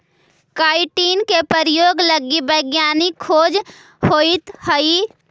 chitin के प्रयोग लगी वैज्ञानिक खोज होइत हई